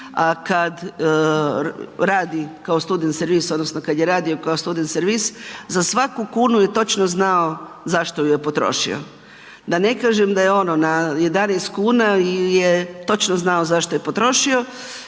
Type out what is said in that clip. A kad radi kao student servis odnosno kad je radio kao studen servis za svaku kunu je točno znao za što ju je potrošio. Da ne kažem da je ono na 11 kuna je točno znao zašto je potrošio.